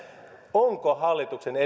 onko hallituksen